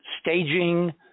staging